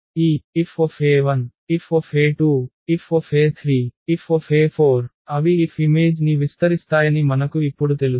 ఈ Fe1Fe2Fe3Fe4 అవి F image ని విస్తరిస్తాయని మనకు ఇప్పుడు తెలుసు